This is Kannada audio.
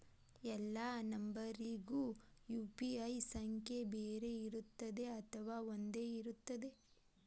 ಎಲ್ಲಾ ನಂಬರಿಗೂ ಯು.ಪಿ.ಐ ಸಂಖ್ಯೆ ಬೇರೆ ಇರುತ್ತದೆ ಅಥವಾ ಒಂದೇ ಇರುತ್ತದೆ?